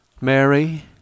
Mary